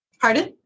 pardon